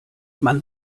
man